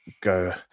go